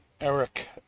Eric